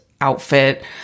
outfit